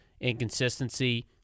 Inconsistency